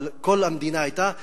אבל כל המדינה היתה,